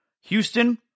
Houston